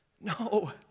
No